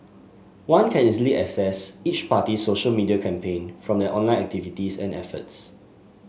one can easily assess each party's social media campaign from their online activities and efforts